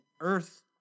Earth